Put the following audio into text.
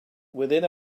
within